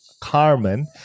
Carmen